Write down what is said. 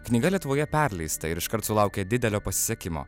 knyga lietuvoje perleista ir iškart sulaukė didelio pasisekimo